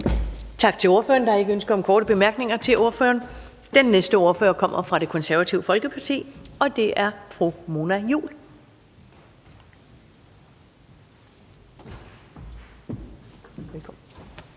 Tak til ordføreren. Der er ingen ønsker om korte bemærkninger til ordføreren. Den næste ordfører kommer fra Det Konservative Folkeparti, og det er fru Mona Juul.